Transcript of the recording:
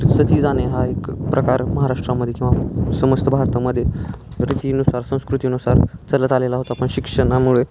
सती जाणे हा एक प्रकार महाराष्ट्रामध्ये किंवा समस्त भारतामध्ये रीतीनुसार संस्कृतीनुसार चालत आलेला होता आपण शिक्षणामुळे